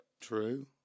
True